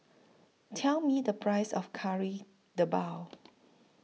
Tell Me The Price of Kari Debal